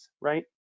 right